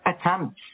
attempts